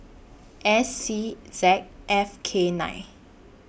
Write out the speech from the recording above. S C Z F K nine